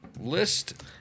List